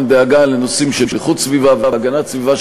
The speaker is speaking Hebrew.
דאגה לנושאים של איכות סביבה והגנת סביבה,